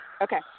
Okay